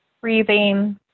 breathing